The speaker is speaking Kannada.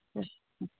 ಹ್ಞೂ ಹ್ಞೂ